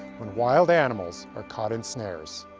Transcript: when wild animals are caught in snares.